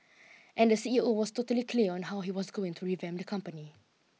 and the C E O was totally clear on how he was going to revamp the company